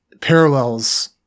parallels